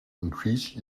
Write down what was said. increase